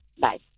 bye